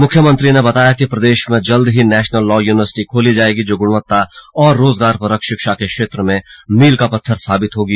मुख्यमंत्री ने बताया कि प्रदेश में जल्द ही नेशनल लॉ यूनिवर्सिटी खोली जाएगी जो गुणवत्ता और रोजगार परक शिक्षा के क्षेत्र में मील का पत्थर साबित होगी